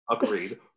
Agreed